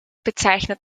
bezeichnet